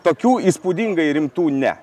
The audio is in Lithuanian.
tokių įspūdingai rimtų ne